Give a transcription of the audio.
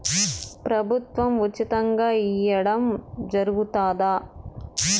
ప్రభుత్వం ఉచితంగా ఇయ్యడం జరుగుతాదా?